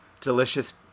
delicious